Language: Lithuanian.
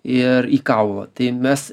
ir į kaulą tai mes